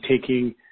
taking